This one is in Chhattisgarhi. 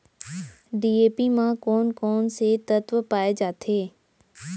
डी.ए.पी म कोन कोन से तत्व पाए जाथे?